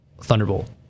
Thunderbolt